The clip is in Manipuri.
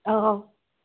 ꯑꯧꯍꯣ